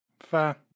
Fair